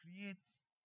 creates